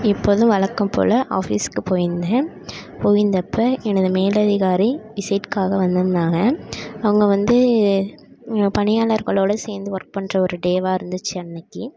எப்போதும் வழக்கம் போல ஆஃபீஸுக்கு போயிருந்தேன் போயிருந்தப்போ எனது மேலதிகாரி விசிட்டுகாக வந்திருந்தாங்க அவங்க வந்து பணியாளர்களோட சேர்ந்து ஒர்க் பண்ற ஒரு டேவாக இருந்துச்சு அன்னிக்கி